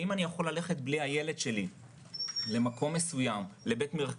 ואם אני יכול ללכת בלי הילד שלי למקום מסוים לבית מרקחת,